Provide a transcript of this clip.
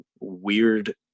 weird